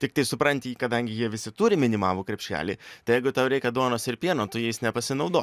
tiktai supranti kadangi jie visi turi minimalų krepšelį tai jeigu tau reikia duonos ir pieno tu jais nepasinaudo